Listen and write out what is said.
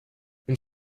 une